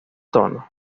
tonos